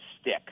stick